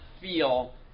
feel